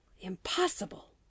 Impossible